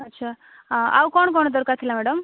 ଆଚ୍ଛା ଆଉ କ'ଣ କ'ଣ ଦରକାର ଥିଲା ମ୍ୟାଡ଼ାମ୍